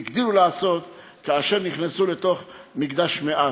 הגדילו לעשות כאשר נכנסו לתוך מקדש מעט.